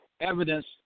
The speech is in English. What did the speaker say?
evidence